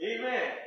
Amen